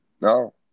No